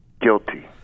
guilty